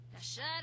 Shut